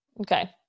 Okay